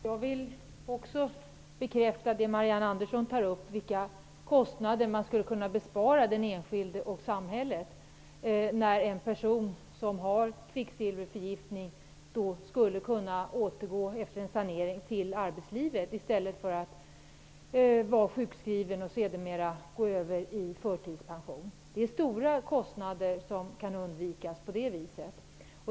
Herr talman! Jag vill också bekräfta det Marianne Andersson tar upp, nämligen vilka kostnader vi skulle kunna bespara den enskilde och samhället. En person med kvicksilverförgiftning skulle kunna återgå till arbetslivet efter en sanering i stället för att vara sjukskriven och sedermera gå över i förtidspension. Det är stora kostnader som kan undvikas på det viset.